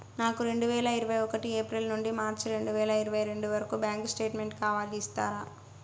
నాకు రెండు వేల ఇరవై ఒకటి ఏప్రిల్ నుండి మార్చ్ రెండు వేల ఇరవై రెండు వరకు బ్యాంకు స్టేట్మెంట్ కావాలి ఇస్తారా